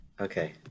Okay